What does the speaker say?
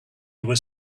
was